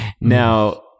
Now